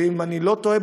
ואם אני לא טועה,